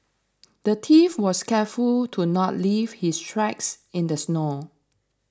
the thief was careful to not leave his tracks in the snow